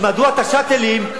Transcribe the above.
מדוע ה"שאטלים",